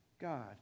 God